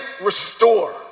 restore